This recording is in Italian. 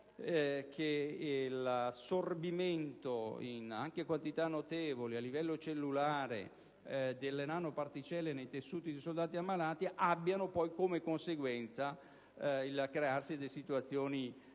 che l'assorbimento, anche in quantità notevoli, a livello cellulare delle nanoparticelle nei tessuti dei soldati ammalati abbia come conseguenza il crearsi di situazioni